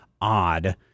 odd